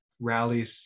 rallies